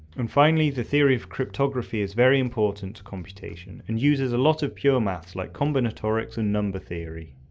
and finally the theory of cryptography is very important to computation and uses a lot of pure maths like combinatorics and number theory.